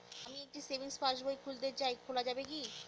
আমি একটি সেভিংস পাসবই খুলতে চাই খোলা যাবে কি?